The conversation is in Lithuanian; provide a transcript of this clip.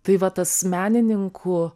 tai va tas menininkų